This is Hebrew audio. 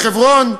בחברון,